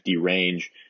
range